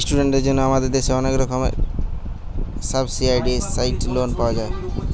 ইস্টুডেন্টদের জন্যে আমাদের দেশে অনেক রকমের সাবসিডাইসড লোন পাওয়া যায়